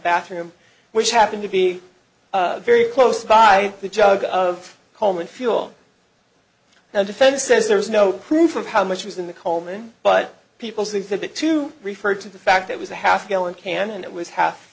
bathroom which happened to be very close by the jug of coleman fuel now defense says there is no proof of how much was in the coleman but people's exhibit to refer to the fact that was a half gallon can and it was half